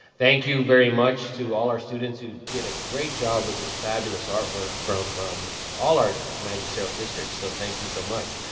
thank you very much to all our students who did a great job with this fabulous artwork from all our magisterial districts. so, thank you, so much.